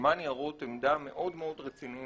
כמה ניירות עמדה מאוד מאוד רציניים